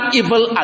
evil